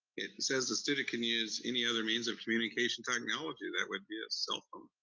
it says the student can use any other means of communication technology, that would be a cell phone,